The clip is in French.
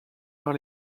vers